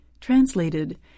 Translated